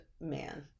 man